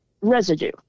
residue